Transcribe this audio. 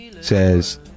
says